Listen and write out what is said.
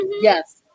Yes